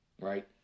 right